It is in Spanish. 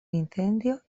incendio